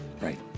right